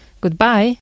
Goodbye